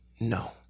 no